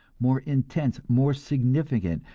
more intense, more significant,